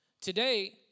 Today